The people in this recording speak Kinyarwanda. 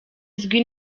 izwi